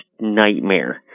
nightmare